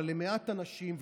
אבל בעבור מעט אנשים.